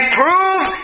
prove